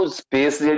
space